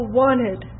wanted